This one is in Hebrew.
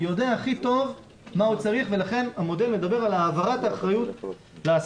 יודע הכי טוב מה הוא צריך ולכן המודל מדבר על העברת האחריות לעסקים,